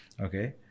Okay